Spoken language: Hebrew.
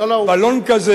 בלון כזה,